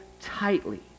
tightly